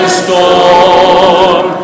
storm